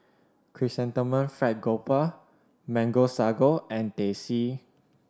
Chrysanthemum Fried Garoupa Mango Sago and Teh C